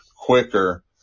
quicker